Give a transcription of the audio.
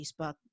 Facebook